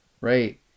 Right